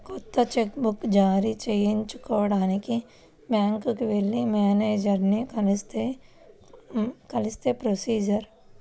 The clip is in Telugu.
కొత్త చెక్ బుక్ జారీ చేయించుకోడానికి బ్యాంకుకి వెళ్లి మేనేజరుని కలిస్తే ప్రొసీజర్